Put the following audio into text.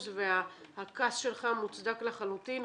והכעס שלך מוצדק לחלוטין,